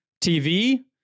tv